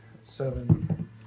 seven